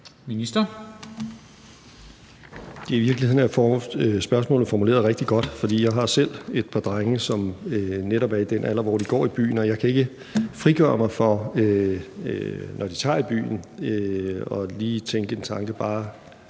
Hækkerup): I virkeligheden er spørgsmålet formuleret rigtig godt, for jeg har selv et par drenge, som netop er i den alder, hvor de går i byen, og jeg kan ikke frigøre mig for, når de tager i byen, lige at tænke en tanke: Bare